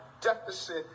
deficit